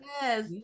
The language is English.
Yes